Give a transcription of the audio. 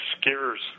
scares